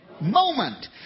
moment